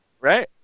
right